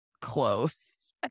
close